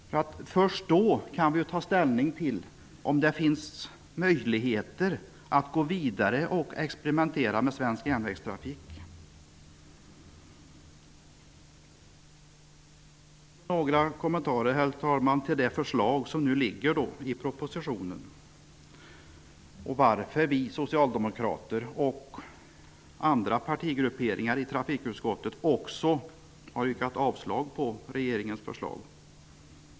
Först därefter kan vi ta ställning till om det finns möjlighet att gå vidare och experimentera med svensk järnvägstrafik. Jag vill, herr talman, kommentera några av förslagen i propositionen och varför vi socialdemokrater och andra partigrupperingar i trafikutskottet också har yrkat avslag på regeringens förslag.